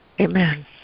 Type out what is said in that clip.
Amen